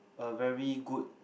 a very good